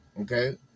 Okay